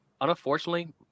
Unfortunately